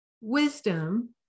wisdom